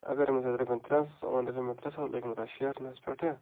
اَگر مےٚ سُہ رۄپیَن ترٛٮ۪ن ساسَن اوٚن ترٛے ساس لٔگۍ مےٚ تَتھ شیہرنَس پٮ۪ٹھٕ